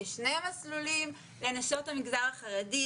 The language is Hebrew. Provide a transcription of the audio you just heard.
יש שני מסלולים לנשות המגזר החרדי,